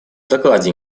докладе